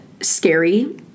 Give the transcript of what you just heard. scary